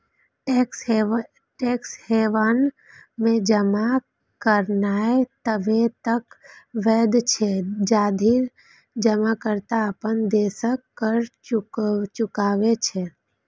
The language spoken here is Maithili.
टैक्स हेवन मे जमा करनाय तबे तक वैध छै, जाधरि जमाकर्ता अपन देशक कर चुकबै छै